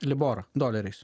liborą doleriais